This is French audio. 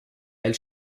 elle